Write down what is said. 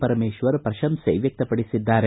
ಪರಮೇಶ್ವರ್ ಪ್ರಶಂಸೆ ವ್ಯಕ್ತಪಡಿಸಿದ್ದಾರೆ